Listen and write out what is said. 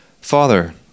Father